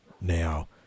Now